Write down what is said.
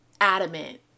adamant